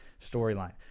storyline